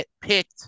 picked